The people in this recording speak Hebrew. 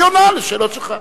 היא עונה לשאלות שלך,